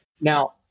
Now